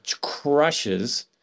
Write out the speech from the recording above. crushes